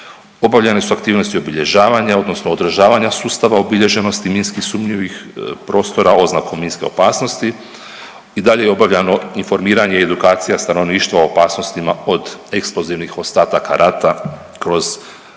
obavljene su aktivnosti obilježavanja odnosno održavanja sustava obilježenosti minski sumnjivih prostora, oznakom minske opasnosti, i dalje je obavljano informiranje i edukacija stanovništva o opasnostima od eksplozivnih ostataka rata kroz 123 različite